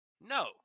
No